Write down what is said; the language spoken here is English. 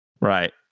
Right